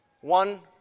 One